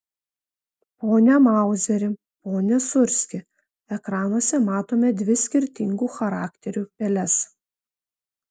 pone mauzeri pone sūrski ekranuose matome dvi skirtingų charakterių peles